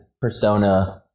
persona